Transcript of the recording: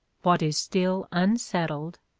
what is still unsettled,